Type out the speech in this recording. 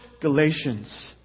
Galatians